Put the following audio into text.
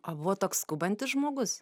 o buvot toks skubantis žmogus